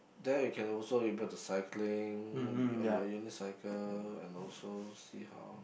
there we can also able to cycling your unicycle and also see how